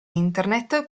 internet